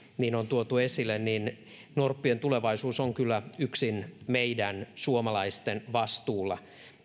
on tuotu esille että norppien tulevaisuus on kyllä yksin meidän suomalaisten vastuulla